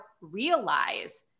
realize